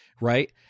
right